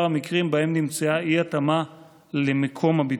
המקרים שבהם נמצאה אי-התאמה למקום הבידוד.